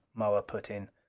moa put in.